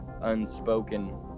unspoken